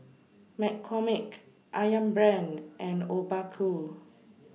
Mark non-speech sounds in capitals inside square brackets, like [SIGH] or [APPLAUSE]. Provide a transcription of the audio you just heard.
[NOISE] McCormick Ayam Brand and Obaku